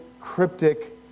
cryptic